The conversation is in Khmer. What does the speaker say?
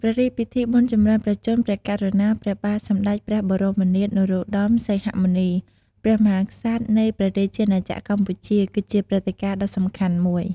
ព្រះរាជពិធីបុណ្យចម្រើនព្រះជន្ម ព្រះករុណា ព្រះបាទសម្តេចព្រះបរមនាថ នរោត្តម សីហមុនី ព្រះមហាក្សត្រ នៃព្រះរាជាណាចក្រកម្ពុជា គឺជាព្រឹត្តិការណ៍ដ៏សំខាន់មួយ។